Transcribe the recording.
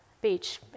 beach